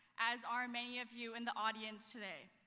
as are many of you in the audience today,